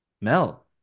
Mel